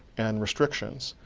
and restrictions,